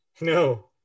No